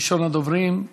ראשון הדוברים.